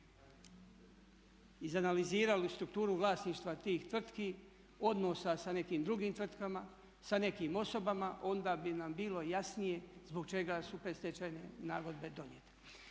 izanalizirali strukturu vlasništva tih tvrtki, odnosa sa nekim drugim tvrtkama, sa nekim osobama onda bi nam bilo jasnije zbog čega su predstečajne nagodbe donijete.